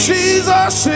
Jesus